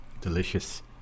Delicious